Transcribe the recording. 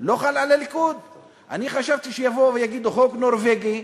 אני חשבתי שיגידו: החוק הנורבגי,